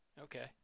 Okay